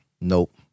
Nope